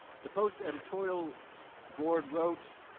the post editorial board wrote,